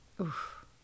Oof